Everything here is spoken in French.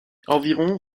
environ